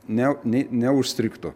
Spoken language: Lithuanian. ne ne neužstrigtų